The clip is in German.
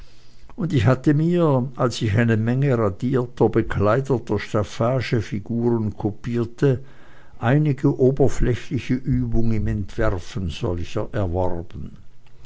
und ich hatte mir als ich eine menge radierter bekleideter staffagefiguren kopierte einige oberflächliche übung im entwerfen solcher erworben